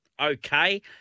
okay